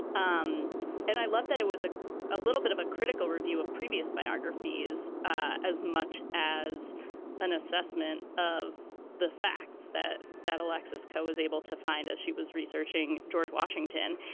um and i love that it was ah a little bit of a critical review of previous biographies ah as much as an assessment of the facts that that alexis coh was able to find as she was researching george washington.